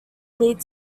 lead